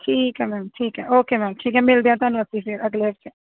ਠੀਕ ਐ ਮੈਮ ਠੀਕ ਐ ਓਕੇ ਮੈਮ ਠੀਕ ਐ ਮਿਲਦੇ ਆਂ ਤੁਹਨੂੰ ਅਸੀਂ ਫੇਰ ਅਗਲੇ